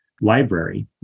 library